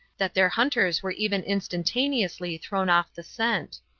that their hunters were even instantaneously thrown off the scent.